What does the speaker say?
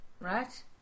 right